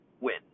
win